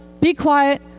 be quiet,